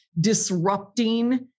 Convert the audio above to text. disrupting